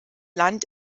land